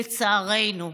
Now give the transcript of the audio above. לצערנו.